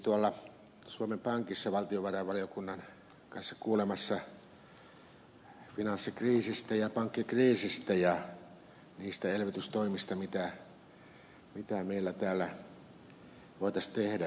olin suomen pankissa valtiovarainvaliokunnan kanssa kuulemassa finanssikriisistä ja pankkikriisistä ja niistä elvytystoimista mitä meillä täällä voitaisiin tehdä